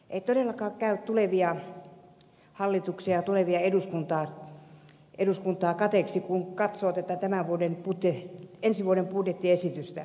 ei todellakaan käy tulevia hallituksia ja tulevaa eduskuntaa kateeksi kun katsoo tätä ensi vuoden budjettiesitystä